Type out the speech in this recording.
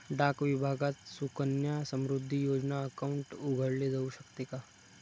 डाक विभागात सुकन्या समृद्धी योजना अकाउंट उघडले जाऊ शकते का?